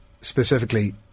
specifically